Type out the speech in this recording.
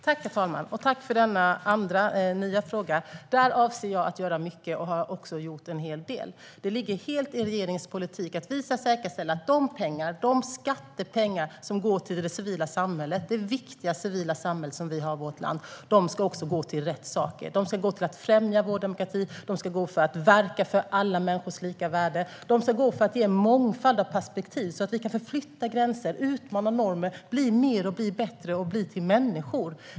Herr talman! Jag tackar även för denna fråga. I fråga om det avser jag att göra mycket och har också gjort en hel del. Det ligger helt i regeringens politik att vi ska säkerställa att de skattepengar som går till det viktiga civila samhället i vårt land också ska gå till rätt saker. De ska gå till att främja vår demokrati, de ska gå till att verka för alla människors lika värde och de ska gå till att ge en mångfald av perspektiv så att vi kan förflytta gränser, utmana normer och bli mer, bli bättre och bli till människor.